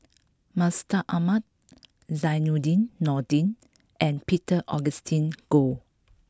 Mustaq Ahmad Zainudin Nordin and Peter Augustine Goh